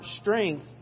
strength